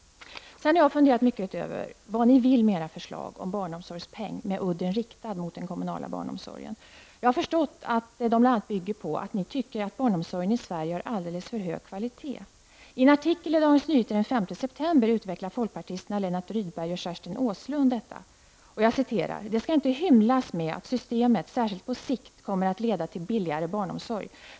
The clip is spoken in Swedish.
Jag har funderat mycket på vad ni vill med era förslag om barnomsorgspeng med udden riktad mot den kommunala barnomsorgen. Jag har förstått att det bl.a. bygger på att ni tycker att barnomsorgen i Sverige har alldeles för hög kvalitet. I en artikel i Dagens Nyheter den 5 Rydberg och Kerstin Åslund följande: ''Det ska inte hymlas med att systemet särskilt på sikt kommer att leda till billigare barnomsorg.